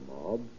mob